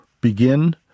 begin